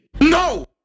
No